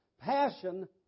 passion